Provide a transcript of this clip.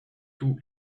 tous